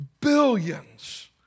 Billions